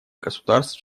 государств